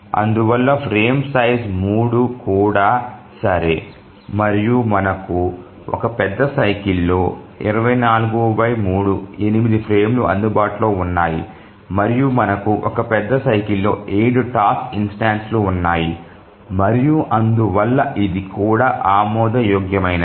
అందువల్ల frame size కూడా సరే మరియు మనకు ఒక పెద్ద సైకిల్ లో 243 8 ఫ్రేమ్లు అందుబాటులో ఉన్నాయి మరియు మనకు ఒక పెద్ద సైకిల్ లో 7 టాస్క్ ఇన్స్టెన్సులు ఉన్నాయి మరియు అందువల్ల ఇది కూడా ఆమోదయోగ్యమైనది